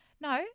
No